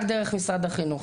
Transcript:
רק דרך משרד החינוך.